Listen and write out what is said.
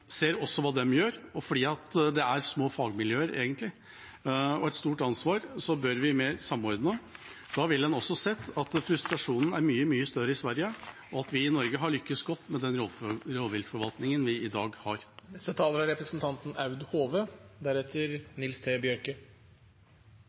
Fordi det egentlig er små fagmiljøer og et stort ansvar, bør vi samordne mer. Da ville en også ha sett at frustrasjonen er mye, mye større i Sverige, og at vi i Norge har lyktes godt med den rovviltforvaltningen vi i dag